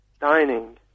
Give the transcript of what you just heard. Dining